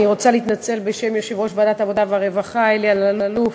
אני רוצה להתנצל בשם יושב-ראש ועדת העבודה והרווחה אלי אלאלוף,